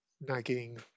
nagging